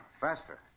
Faster